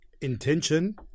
intention